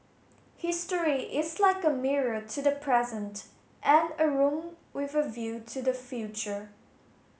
history is like a mirror to the present and a room with a view to the future